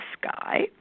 sky